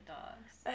dogs